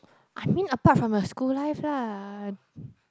I mean apart from your school life lah